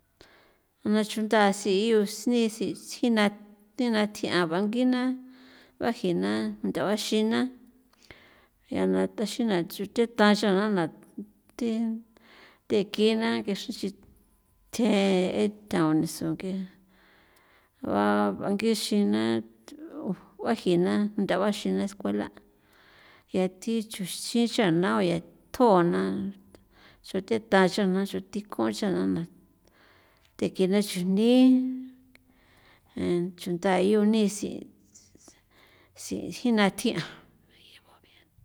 na chunda si yu si si sina thina thji'a bangina baji na nthua baxina yaa na thja xi na ya na chute ta xan na tekina kexren nch'i thjen etha'on nison nk'e ba bangixi na baji na ntha baxina escuela ya thi chunxin cha'na ya thjona na xro theta'an xan thi kon xan na thekin na chujni chunda'a yo ni si sijina thji'an.